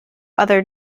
other